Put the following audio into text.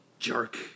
Jerk